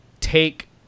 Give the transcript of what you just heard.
take